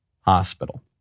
Hospital